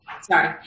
Sorry